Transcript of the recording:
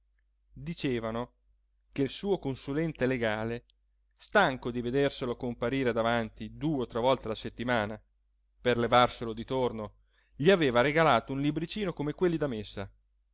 dicevano che il suo consulente legale stanco di vederselo comparire davanti due o tre volte la settimana per levarselo di torno gli aveva regalato un libricino come quelli da messa